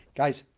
guys,